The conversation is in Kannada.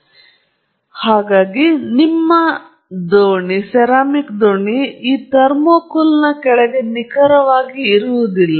ಆದ್ದರಿಂದ ನಿಮ್ಮ ದೋಣಿ ಈ ಥರ್ಮೋಕೂಲ್ನ ಕೆಳಗೆ ನಿಖರವಾಗಿ ಇರುವುದಿಲ್ಲ